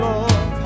Lord